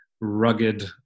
rugged